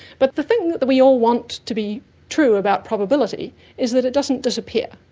but the thing that we all want to be true about probability is that it doesn't disappear.